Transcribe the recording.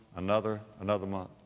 another another month,